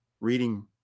reading